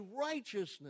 righteousness